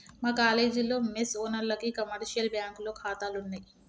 మా కాలేజీలో మెస్ ఓనర్లకి కమర్షియల్ బ్యాంకులో ఖాతాలున్నయ్